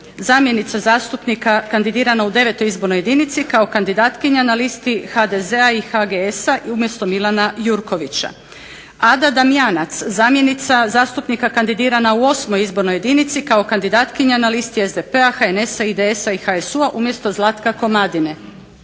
zamjenica zastupnika kandidirana u 9. izbornoj jedinici kao kandidatkinja na listi HDZ-a i HGS-a umjesto Milana Jurkovića, Ada Damjanac zamjenica zastupnika kandidirana u 8. izbornoj jedinici kao kandidatkinja na listi SDP-a, HNS-a, IDS-a i HSU-a umjesto Zlatka Komadine,